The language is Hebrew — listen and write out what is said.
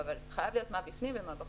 חייב להיות מה בפנים ומה בחוץ.